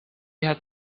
had